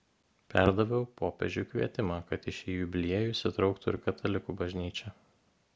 perdaviau popiežiui kvietimą kad į šį jubiliejų įsitrauktų ir katalikų bažnyčia